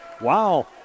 Wow